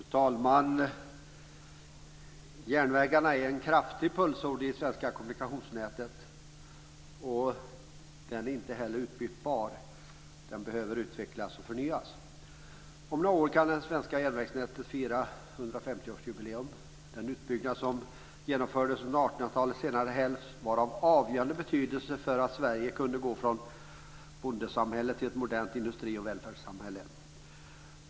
Fru talman! Järnvägarna är en kraftig pulsåder i det svenska kommunikationsnätet och inte heller utbytbar. Den behöver utvecklas och förnyas. Om några år kan det svenska järnvägsnätet fira 150 1800-talets senare hälft var av avgörande betydelse för att Sverige kunde gå från ett bondesamhälle till ett modernt industri och välfärdssamhälle.